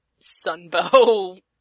Sunbow